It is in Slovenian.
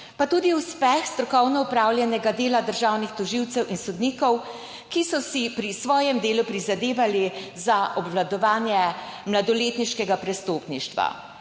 pa tudi uspeh strokovno opravljenega dela državnih tožilcev in sodnikov, ki so si pri svojem delu prizadevali za obvladovanje mladoletniškega prestopništva.